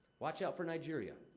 watch out for nigeria.